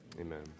Amen